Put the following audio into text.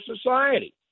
society